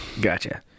gotcha